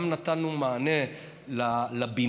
גם נתנו מענה לבינוי,